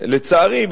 לצערי,